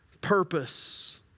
purpose